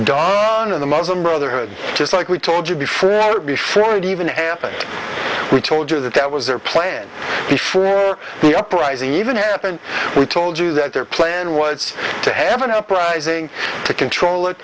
dawn in the muslim brotherhood just like we told you before before it even happened we told you that that was their plan before the uprising even happened we told you that their plan was to have an uprising to control it